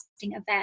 event